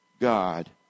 God